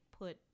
put